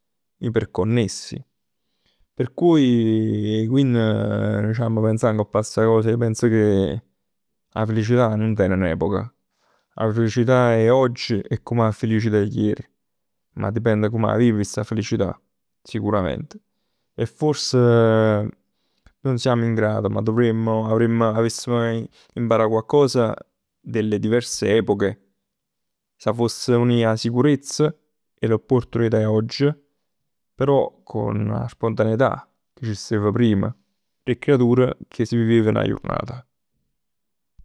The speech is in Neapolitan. iperconnessi. Per cui quindi c'amma pensà ngopp 'a sta cos. Ij pens che 'a felicità nun tene n'epoca. 'A felicità 'e oggi è come 'a felicità 'e ieri. Ma dipende come 'a vivi sta felicità, sicuramente. E forse non siamo in grado, ma dovremmo, avremmo, avessimo imparà coccos delle diverse epoche. S'avess unì 'a sicurezza e l'opportunità 'e oggi. Però con spontaneità che c' stev prim, d' 'e creatur ca s' vivevan 'a jurnat.